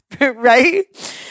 right